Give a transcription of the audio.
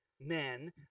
men